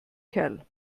kerl